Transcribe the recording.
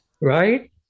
Right